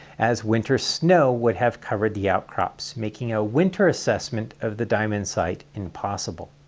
as winter snow would have covered the outcrops, making a winter assessment of the diamond site impossible.